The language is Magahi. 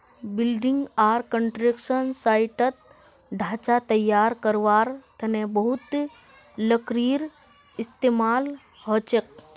बिल्डिंग आर कंस्ट्रक्शन साइटत ढांचा तैयार करवार तने बहुत लकड़ीर इस्तेमाल हछेक